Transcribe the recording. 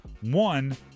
One